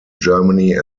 germany